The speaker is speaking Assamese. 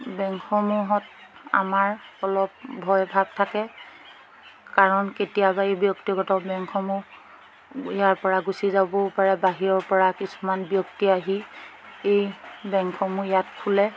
বেংকসমূহত আমাৰ অলপ ভয় ভাৱ থাকে কাৰণ কেতিয়াবা এই ব্যক্তিগত বেংকসমূহ ইয়াৰপৰা গুচি যাবও পাৰে বাহিৰৰপৰা কিছুমান ব্যক্তি আহি এই বেংকসমূহ ইয়াত খোলে